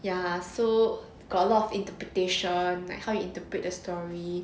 ya so got a lot of interpretation like how you interpret the story